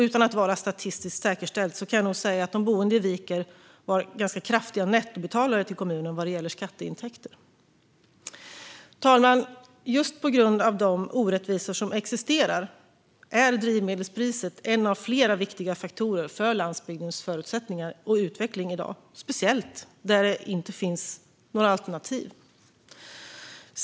Utan att det är statistiskt säkerställt kan jag säga att de boende i Viker var kraftiga nettobetalare till kommunen vad gäller skatteintäkter. Fru talman! Just på grund av de orättvisor som existerar är drivmedelspriset en av flera viktiga faktorer för landsbygdens förutsättningar och utveckling i dag, speciellt där det inte finns några alternativ.